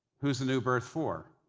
who's the new birth for?